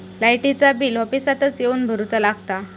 लाईटाचा बिल ऑफिसातच येवन भरुचा लागता?